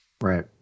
Right